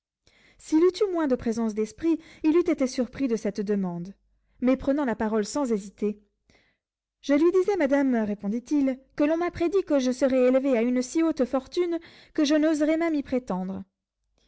s'il eût eu moins de présence d'esprit il eût été surpris de cette demande mais prenant la parole sans hésiter je lui disais madame répondit-il que l'on m'a prédit que je serais élevé à une si haute fortune que je n'oserais même y prétendre